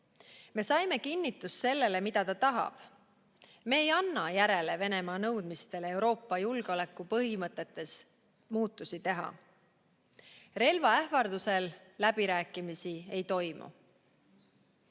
Me saime kinnitust sellele, mida ta tahab. Me ei anna järele Venemaa nõudmistele, et Euroopa julgeolekupõhimõtetes tuleb muudatusi teha. Relva ähvardusel läbirääkimisi ei toimu.